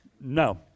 No